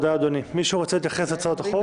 מישהו רוצה להתייחס להצעת החוק?